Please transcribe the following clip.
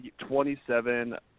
27